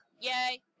Yay